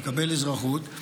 לקבל אזרחות,